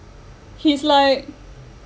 he's like